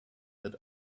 that